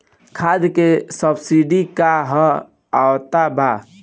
खाद के सबसिडी क हा आवत बा?